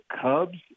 Cubs